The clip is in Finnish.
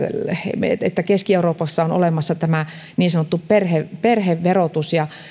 että keski euroopassa on olemassa niin sanottu perheverotus perheverotus